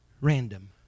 random